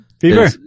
Fever